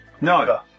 No